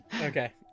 okay